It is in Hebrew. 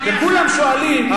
וכולם שואלים,